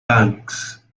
banks